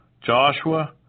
Joshua